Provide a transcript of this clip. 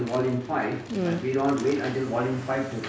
mm